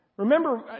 Remember